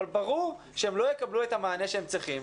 אבל ברור שהם לא יקבלו את המענה שהם צריכים.